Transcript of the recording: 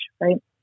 right